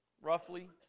Roughly